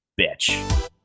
bitch